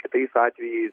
kitais atvejais